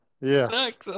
Yes